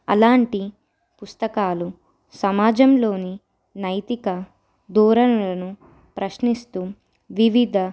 అలాంటి పుస్తకాలు సమాజంలోని నైతిక దూరణలను ప్రశ్నిస్తూ వివిధ